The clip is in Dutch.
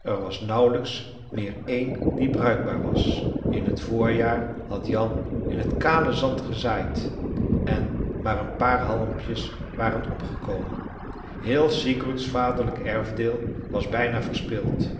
er was er nauwelijks meer een die bruikbaar was in t voorjaar had jan in t kale zand gezaaid en maar een paar halmpjes waren opgekomen heel sigurds vaderlijk erfdeel was bijna verspild